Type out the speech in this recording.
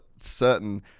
certain